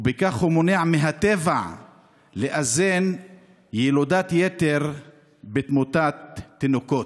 ובכך הוא מונע מהטבע לאזן ילודת יתר בתמותת תינוקות.